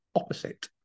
opposite